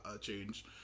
change